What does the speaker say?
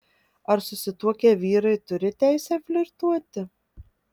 ar susituokę vyrai turi teisę flirtuoti